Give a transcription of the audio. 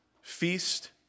feast